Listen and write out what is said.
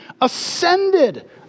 Ascended